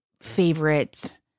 favorite